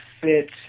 fit